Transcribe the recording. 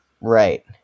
Right